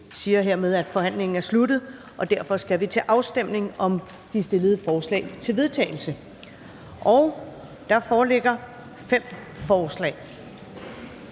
siger hermed, at forhandlingen er sluttet, og vi går derfor til afstemning om de stillede forslag til vedtagelse. Kl. 23:04 Afstemning